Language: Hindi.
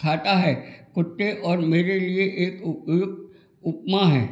खाता है कुत्ते और मेरे लिए एक उपयुक्त उपमा है